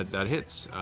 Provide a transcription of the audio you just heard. that hits.